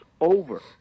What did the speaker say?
over